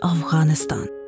Afghanistan